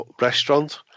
restaurant